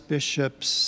Bishops